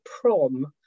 prom